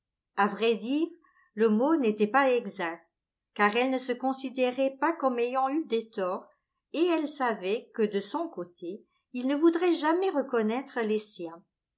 à vrai dire le mot n'était pas exact car elle ne se considérait pas comme ayant eu des torts et elle savait que de son côté il ne voudrait jamais reconnaître les siens